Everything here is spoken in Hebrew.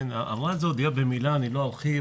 --- אני לא ארחיב,